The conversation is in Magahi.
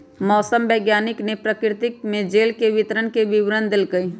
मौसम वैज्ञानिक ने प्रकृति में जल के वितरण के विवरण देल कई